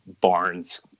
Barnes